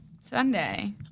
Sunday